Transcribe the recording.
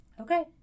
Okay